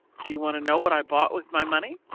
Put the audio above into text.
do you want to know what i bought with my money?